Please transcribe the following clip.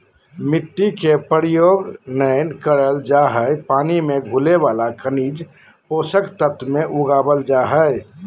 मिट्टी के प्रयोग नै करल जा हई पानी मे घुले वाला खनिज पोषक तत्व मे उगावल जा हई